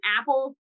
apple